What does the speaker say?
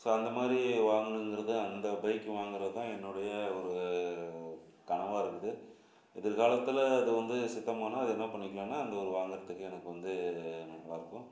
so அந்த மாதிரி வாங்குணுங்கிறது அந்த பைக்கு வாங்குறது தான் என்னுடைய ஒரு கனவாக இருக்குது எதிர்காலத்தில் அது வந்து சித்தமான அது என்னப் பண்ணிக்கலான்னா அந்த ஒரு வாங்குறத்துக்கு எனக்கு வந்து நல்லாருக்கும்